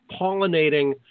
pollinating